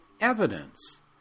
evidence